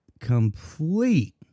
complete